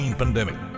pandemic